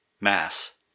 mass